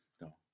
no